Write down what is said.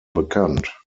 bekannt